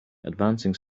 advancing